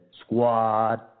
Squad